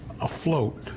afloat